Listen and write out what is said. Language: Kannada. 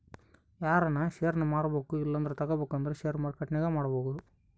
ಯಾರನ ಷೇರ್ನ ಮಾರ್ಬಕು ಇಲ್ಲಂದ್ರ ತಗಬೇಕಂದ್ರ ಷೇರು ಮಾರ್ಕೆಟ್ನಾಗ ಮಾಡ್ಬೋದು